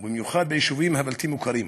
ובמיוחד ביישובים הבלתי-מוכרים.